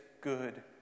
good